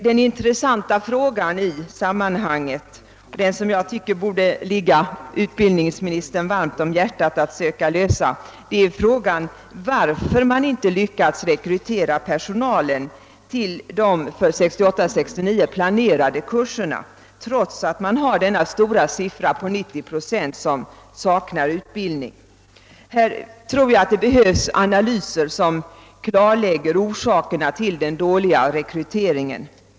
Det intressanta problemet i sammanhanget — som det enligt min mening borde ligga utbildningsministern varmt om hjärtat att söka lösa — är frågan om varför man inte lyckats rekrytera personalen till de för läsåret 1968/69 planerade kurserna, trots att så många som 90 procent saknar utbildning. Jag tror att det behövs analyser som klarlägger orsakerna till den dåliga rekryteringen.